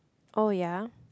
oh ya